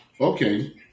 Okay